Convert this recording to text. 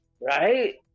Right